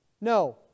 No